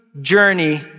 journey